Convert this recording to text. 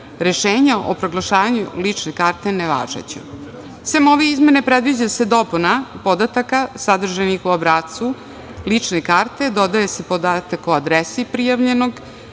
Rešenja o proglašavanju lične karte nevažeće. Sem ove izmene predviđa se dopuna podataka sadržanih u obrascu lične karte dodaje se podatak o adresi prijavljenog